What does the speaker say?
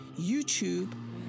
YouTube